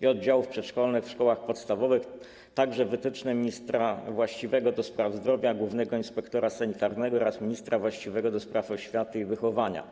i oddziałów przedszkolnych w szkołach podstawowych - także wytyczne ministra właściwego do spraw zdrowia, głównego inspektora sanitarnego oraz ministra właściwego do spraw oświaty i wychowania.